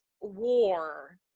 war